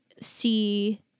see